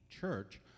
church